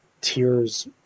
tears